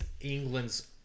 England's